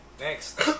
Next